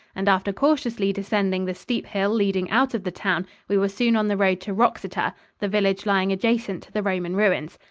and after cautiously descending the steep hill leading out of the town we were soon on the road to wroxeter, the village lying adjacent to the roman ruins.